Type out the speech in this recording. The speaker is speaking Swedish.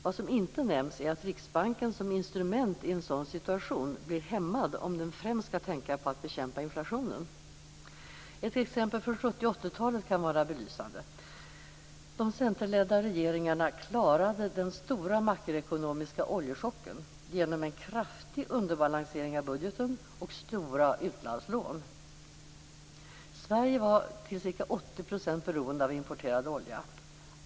Vad som inte nämns är att Riksbanken som instrument i en sådan situation blir hämmad om den främst skall tänka på att bekämpa inflationen. Ett exempel från 70 och 80-talet kan vara belysande. De centerledda regeringarna klarade den stora makroekonomiska oljechocken genom en kraftig underbalansering av budgeten och stora utlandslån. Sverige var till ca 80 % beroende av importerad olja.